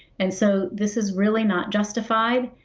and so this is really not justified.